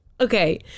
Okay